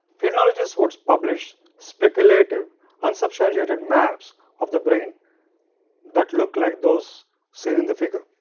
phrenologists would publish speculative unsubstantiated maps of the brain that looked like those seen in the figure.